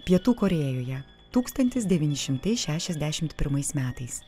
pietų korėjoje tūkstantis devyni šimtai šešiasdešimt pirmais metais